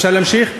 אפשר להמשיך?